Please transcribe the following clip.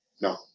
No